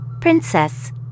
Princess